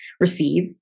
receive